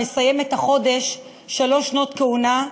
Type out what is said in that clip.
מסיימת החודש שלוש שנות כהונה,